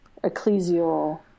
ecclesial